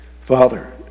Father